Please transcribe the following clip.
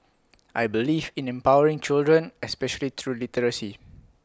I believe in empowering children especially through literacy